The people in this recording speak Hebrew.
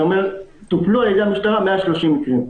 אני אומר שטופלו על ידי המשטרה 130 מקרים.